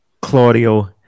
claudio